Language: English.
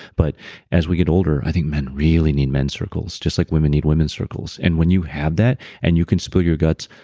but as we get older, i think men really need men's circles just like women need women's circles, and when you have that and you can spill your guts,